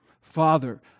Father